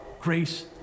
grace